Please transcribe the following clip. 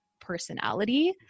personality